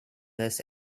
this